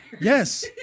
Yes